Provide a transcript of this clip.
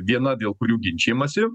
viena dėl kurių ginčijamasi